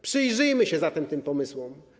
Przyjrzyjmy się zatem tym pomysłom.